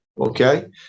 Okay